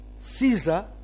Caesar